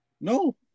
No